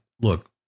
look